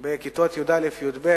בכיתות י"א י"ב,